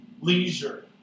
Leisure